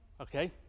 okay